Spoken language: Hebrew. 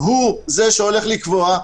הוא זה שהולך לקבוע,